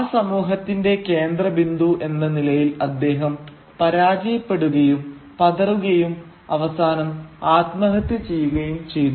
ആ സമൂഹത്തിന്റെ കേന്ദ്രബിന്ദു എന്ന നിലയിൽ അദ്ദേഹം പരാജയപ്പെടുകയും പതറുകയും അവസാനം ആത്മഹത്യ ചെയ്യുകയും ചെയ്തു